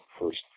first